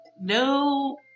no